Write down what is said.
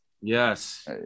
Yes